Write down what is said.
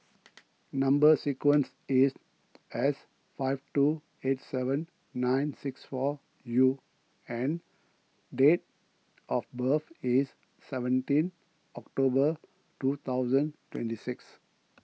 Number Sequence is S five two eight seven nine six four U and date of birth is seventeen October two thousand twenty six